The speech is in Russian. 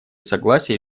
согласия